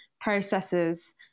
processes